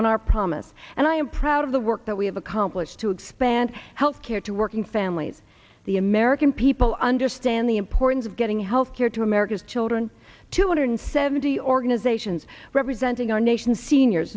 on our promise and i am proud of the work that we have accomplished to expand health care to working families the american people understand the importance of getting health care to america's children two hundred seventy organizations representing our nation's seniors